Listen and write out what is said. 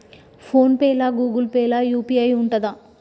Phone pay లా Google Pay లా UPI ఉంటదా?